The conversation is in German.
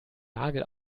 nagel